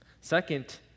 Second